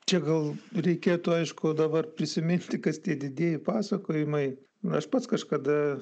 čia gal reikėtų aišku dabar prisiminti kas tie didieji pasakojimai aš pats kažkada